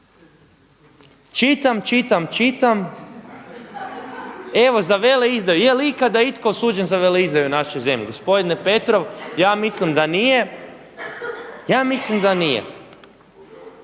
Čitam, čitam, čitam, evo za veleizdaju. Je li ikada itko osuđen za veleizdaju u našoj zemlji? Gospodine Petrov, ja mislim da nije, ja mislim da nije.